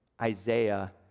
Isaiah